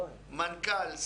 מנכ"ל,